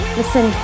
listen